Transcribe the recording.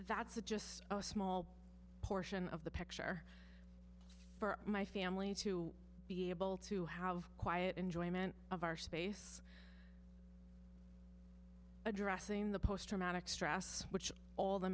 that's a just a small portion of the picture for my family to be able to have quiet enjoyment of our space addressing the post traumatic stress which all the